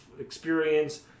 experience